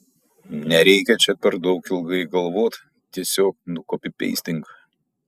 nereikia čia per daug ilgai galvot tiesiog nukopipeistink